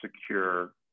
secure